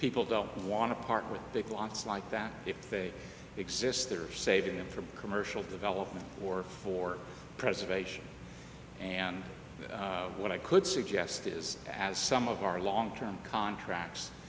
people don't want to part with big blocks like that if they exist there are saving them for commercial development or for preservation and what i could suggest is that as some of our long term contracts